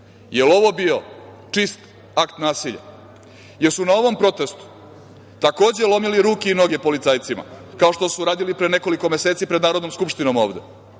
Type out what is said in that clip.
li je ovo bio čist akt nasilja? Jesu li na ovom protestu takođe lomili ruke i noge policajcima, kao što su radili pre nekoliko meseci pred Narodnom skupštinom ovde?